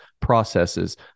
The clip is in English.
Processes